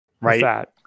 Right